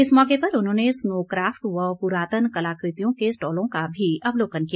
इस मौके पर उन्होंने रनो क्राफ्ट व प्रातन कलाकृतियों के स्टॉलों का भी अवलोकन किया